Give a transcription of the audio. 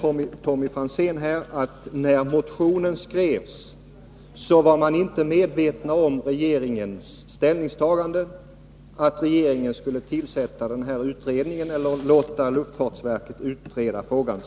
Tommy Franzén säger vidare att man när motionen skrevs inte var medveten om regeringens beslut att låta luftfartsverket utreda frågan.